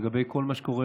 לגבי כל מה שקורה